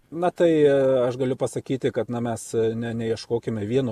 na tai aš galiu pasakyti kad na mes ne neieškokime vieno